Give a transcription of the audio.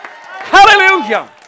Hallelujah